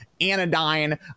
anodyne